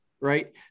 right